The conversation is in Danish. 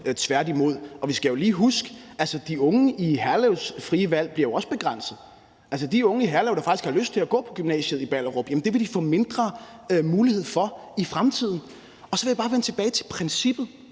tværtimod. Og vi skal jo lige huske, at de unge i Herlevs frie valg jo også bliver begrænset. Altså, de unge i Herlev, der faktisk har lyst til at gå på gymnasiet i Ballerup, vil få mindre mulighed for det i fremtiden. Så vil jeg bare vende tilbage til princippet,